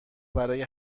برای